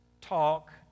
talk